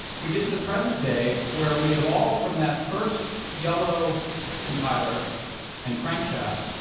we get to the present day, where we evolved from that first yellow compiler and crank shaft.